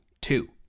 two